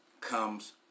comes